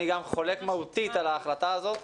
אני גם חולק מהותית על ההחלטה הזאת.